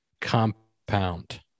compound